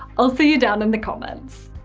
i'll see you down in the comments.